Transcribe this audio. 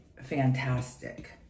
fantastic